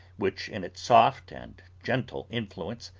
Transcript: which in its soft and gentle influence,